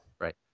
Right